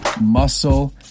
Muscle